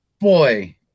boy